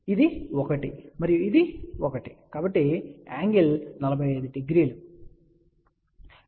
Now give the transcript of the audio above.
కాబట్టి ఇది ఒకటి మరియు ఇది ఒకటి కాబట్టి ఈ యాంగిల్ 450 యాంగిల్ తప్ప మరొకటి కాదు